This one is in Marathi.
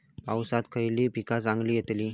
पावसात खयली पीका चांगली येतली?